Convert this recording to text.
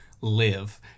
live